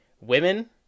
women